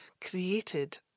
created